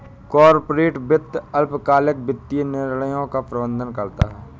corporate वित्त अल्पकालिक वित्तीय निर्णयों का प्रबंधन करता है